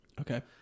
Okay